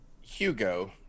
Hugo